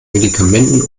medikamenten